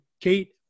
Kate